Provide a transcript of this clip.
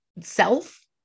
self